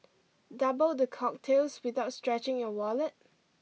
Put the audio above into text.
double the cocktails without stretching your wallet